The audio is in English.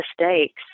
mistakes